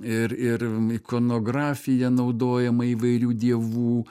ir ir ikonografija naudojama įvairių dievų